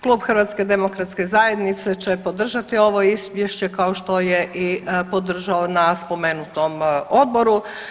Klub HDZ će podržati ovo izvješće kao što je i podržao na spomenutom odboru.